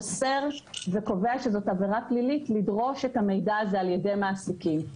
אוסר וקובע שזאת עבירה פלילית לדרוש את המידע הזה על ידי מעסיקים.